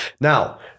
Now